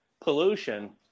pollution